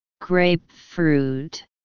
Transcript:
Grapefruit